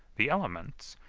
the elements,